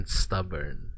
stubborn